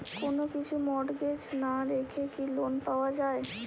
কোন কিছু মর্টগেজ না রেখে কি লোন পাওয়া য়ায়?